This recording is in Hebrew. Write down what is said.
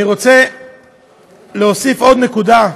אני רוצה להוסיף עוד נקודה.